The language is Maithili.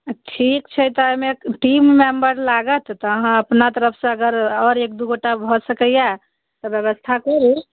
ठीक छै तऽ एहिमे टीम मेम्बर लागत तऽ अहाँ अपना तरफसँ अगर आओर एक दू गोटा भऽ सकैया तऽ व्यवस्था करू